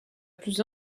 plus